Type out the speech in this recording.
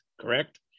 correct